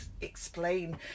explain